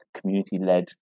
community-led